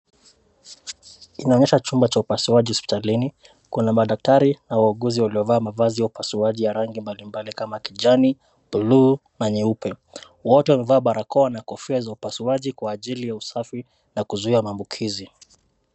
Kinaonyesha chumba cha upasuaji hospitalini, kuna madaktari na wauguzi waliovaa mavazi ya upasuaji ya rangi ya rangi mbalimbali kama kijani, bluu na nyeupe. Wote wamevaa barakoa na kofia za upasuaji kwa ajili ya usafi na kuzuia maambukizi.